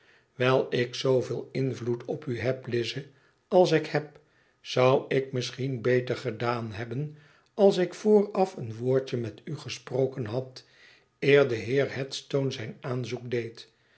wijl ik zooveel invloed op u heb lize als ik heb zou ik misschien beter gedaan hebben als ik vooraf een woordje met u gesproken had eer de heer headstone zijn aanzoek deed